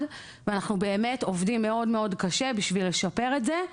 ואנחנו באמת עובדים מאוד קשה כדי לשפר את זה.